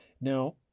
Now